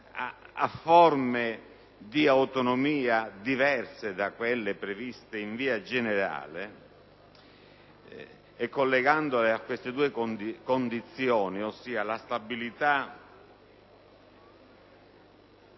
a forme di autonomia diverse da quelle previste in via generale, e collegando le stesse a queste due condizioni (ossia la stabilità